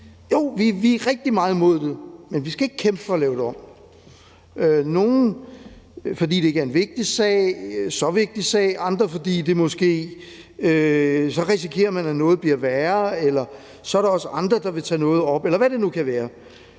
Jo, vi er rigtig meget imod det, men vi skal ikke kæmpe for at lave det om. Nogle siger, at det er, fordi det ikke er en så vigtig sag, og andre siger, at man måske risikerer, at noget bliver værre, eller at der så også er andre, der vil tage noget op, eller hvad det nu kan være.